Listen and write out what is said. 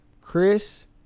Chris